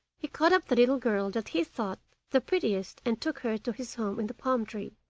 he caught up the little girl that he thought the prettiest and took her to his home in the palm tree.